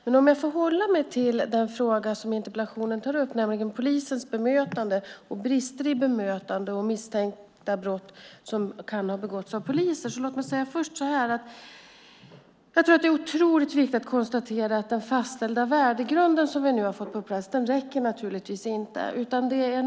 Men jag ska hålla mig till den fråga som interpellationen tar upp, nämligen polisens bemötande, brister i bemötande och brott som misstänks ha begåtts av poliser. Låt mig först säga att det är otroligt viktigt att konstatera att den fastställda värdegrund som vi nu har fått på plats naturligtvis inte räcker.